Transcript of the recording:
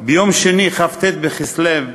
ביום שני, כ"ט בכסלו,